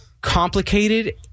complicated